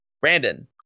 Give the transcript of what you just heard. Brandon